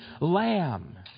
Lamb